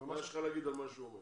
מה יש לך להגיד על מה שהוא אומר?